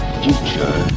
future